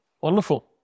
Wonderful